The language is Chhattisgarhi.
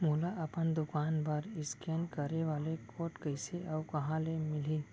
मोला अपन दुकान बर इसकेन करे वाले कोड कइसे अऊ कहाँ ले मिलही?